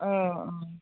औ